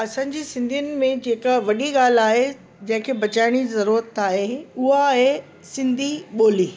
असांजी सिंधियुनि में जेका वॾी ॻाल्हि आहे जंहिंखे बचाइण जी ज़रूरत आहे हूअ आहे सिंधी ॿोली